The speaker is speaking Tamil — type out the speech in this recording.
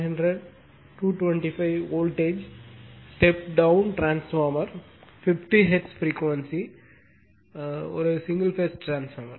4500225 voltage step down transformer 50 hertz frequency single phase transformer